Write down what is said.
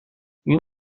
این